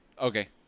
Okay